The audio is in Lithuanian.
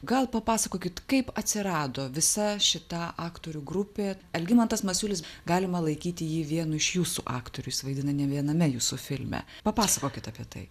gal papasakokit kaip atsirado visa šita aktorių grupė algimantas masiulis galima laikyti jį vienu iš jūsų aktorių jis vaidina ne viename jūsų filme papasakokit apie tai